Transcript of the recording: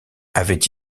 avait